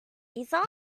laser